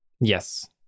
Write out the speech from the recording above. Yes